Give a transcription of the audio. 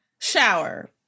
Shower